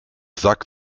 sagt